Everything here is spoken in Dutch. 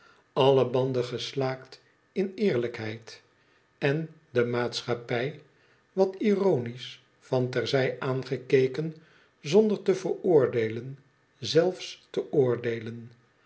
alle banden geslaakt in eerlijkheid en de maatschappij wat ironiesch van ter zij aangekeken zonder te veroordeelen zelfs te oordeelen